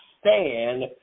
stand